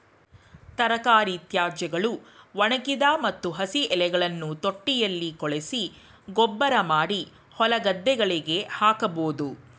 ತರಕಾರಿ ತ್ಯಾಜ್ಯಗಳು, ಒಣಗಿದ ಮತ್ತು ಹಸಿ ಎಲೆಗಳನ್ನು ತೊಟ್ಟಿಯಲ್ಲಿ ಕೊಳೆಸಿ ಗೊಬ್ಬರಮಾಡಿ ಹೊಲಗದ್ದೆಗಳಿಗೆ ಹಾಕಬೋದು